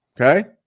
Okay